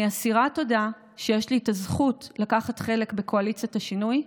אני אסירת תודה שיש לי את הזכות לקחת חלק בקואליציית השינוי,